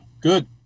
Good